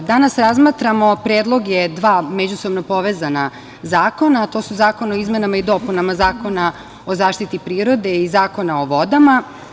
Danas razmatramo predloge dva međusobno povezana zakona, a to su zakon o izmenama i dopunama Zakona o zaštiti prirode i Zakona o vodama.